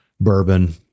bourbon